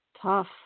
Tough